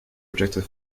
rejected